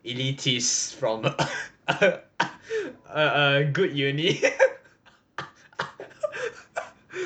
elitists from a a good uni